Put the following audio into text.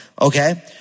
Okay